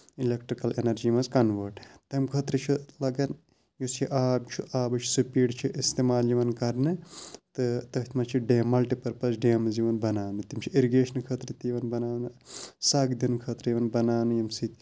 electrical energy منٛز کَنوٲٹ تَمہِ خٲطرٕ چھُ لَگان یُس یہِ آب چھُ آبٕچ سُپیڈ چھِ اِستعمال یِوان کرنہٕ تہٕ تٔتھۍ منٛز چھُ ڈیم مَلٹہِ پٔرپَز ڈیمٕز یِوان بَناونہٕ تِم چھِ اِرِگیٚشنہٕ خٲطرٕ تہِ یِوان بَناونہٕ سَگ دِنہٕ خٲطرٕ یِوان بَناونہٕ ییٚمہِ سۭتۍ